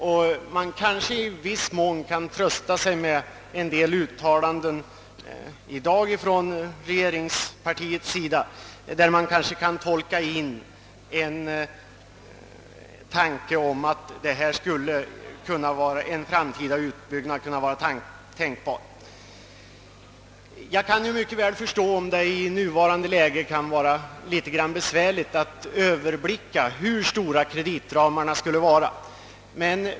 Kanske kan man i viss mån trösta sig med en del uttalanden i dag från regeringspartiets sida, i vilka man kan tolka in möjligheten av en framtida utbyggnad. Jag kan mycket väl förstå att det i dagens läge kan vara litet besvärligt att överblicka hur stora kreditramarna borde vara.